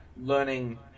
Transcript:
learning